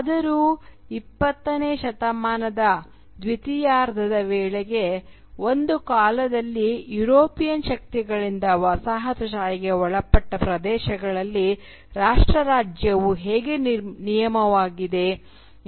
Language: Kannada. ಆದರೂ 20 ನೇ ಶತಮಾನದ ದ್ವಿತೀಯಾರ್ಧದ ವೇಳೆಗೆ ಒಂದು ಕಾಲದಲ್ಲಿ ಯುರೋಪಿಯನ್ ಶಕ್ತಿಗಳಿಂದ ವಸಾಹತುಶಾಹಿಗೆ ಒಳಪಟ್ಟ ಪ್ರದೇಶಗಳಲ್ಲಿ ರಾಷ್ಟ್ರ ರಾಜ್ಯವು ಹೇಗೆ ನಿಯಮವಾಗಿದೆ ಎಂದು ನಾವು ಚರ್ಚಿಸಿದ್ದೇವೆ